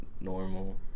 normal